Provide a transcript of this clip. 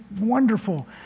wonderful